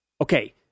Okay